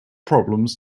problems